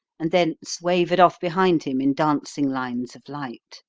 and thence wavered off behind him in dancing lines of light.